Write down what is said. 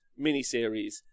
miniseries